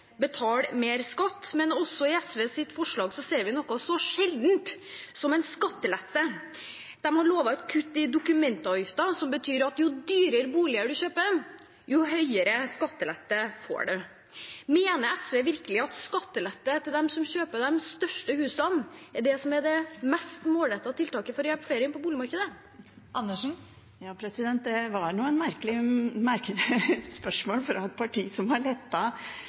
betale mer skatt, men i SVs forslag ser vi også noe så sjeldent som en skattelette. De har lovet kutt i dokumentavgiften, som betyr at jo dyrere bolig en kjøper, jo større skattelette får en. Mener SV virkelig at skattelette til dem som kjøper de største husene, er det mest målrettede tiltaket for å hjelpe flere inn på boligmarkedet? Det var et merkelig spørsmål fra et parti som har